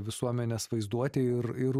visuomenės vaizduotėj ir ir